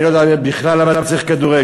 אני לא יודע בכלל למה צריך כדורגל,